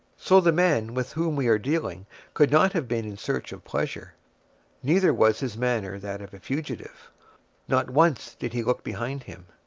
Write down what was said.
so the man with whom we are dealing could not have been in search of pleasure neither was his manner that of a fugitive not once did he look behind him.